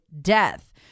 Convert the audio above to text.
death